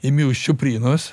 imi už čiuprynos